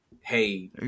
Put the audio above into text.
hey